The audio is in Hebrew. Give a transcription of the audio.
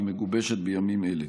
והיא מגובשת בימים אלה.